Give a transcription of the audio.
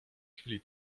chwili